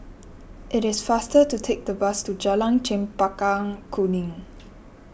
it is faster to take the bus to Jalan Chempaka Kuning